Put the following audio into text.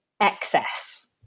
excess